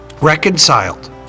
reconciled